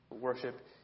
worship